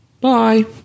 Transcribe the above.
Bye